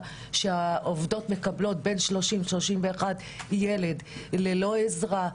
כשהעובדות מקבלות בין 30 ל-31 ילדים ללא עזרה.